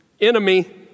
enemy